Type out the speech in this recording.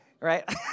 right